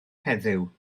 heddiw